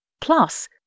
Plus